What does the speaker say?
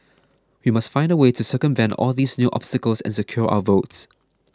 we must find a way to circumvent all these new obstacles and secure our votes